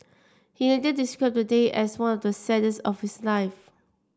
he later described day as one of the saddest of his life